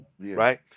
right